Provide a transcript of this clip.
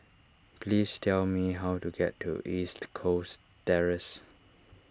please tell me how to get to East Coast Terrace